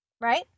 right